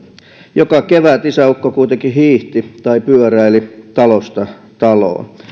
joka kevät isäukko kuitenkin hiihti tai pyöräili talosta taloon